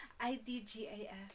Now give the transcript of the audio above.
I-D-G-A-F